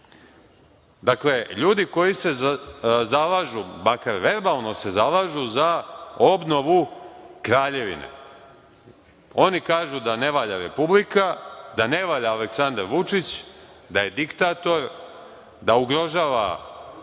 Dakle, ljudi koji se zalažu, makar verbalno se zalažu za obnovu kraljevine. Oni kažu da ne valja republika, da ne valja Aleksandar Vučić, da je diktator, da ugrožava prava,